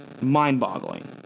mind-boggling